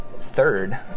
third